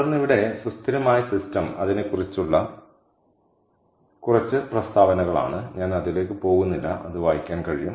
തുടർന്ന് ഇവിടെ സുസ്ഥിരമായ സിസ്റ്റം അതിനെക്കുറിച്ചുള്ള കുറച്ച് പ്രസ്താവനകളാണ് ഞാൻ അതിലേക്ക് പോകുന്നില്ല അത് വായിക്കാൻ കഴിയും